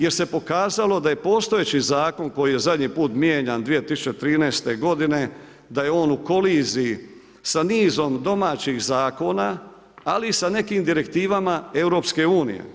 Jer se pokazalo da postojeći zakon koji je zadnji put mijenjan 2013. g. da je on u koliziji sa nizom domaćih zakona ali i sa nekim direktivama EU.